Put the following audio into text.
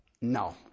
No